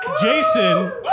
Jason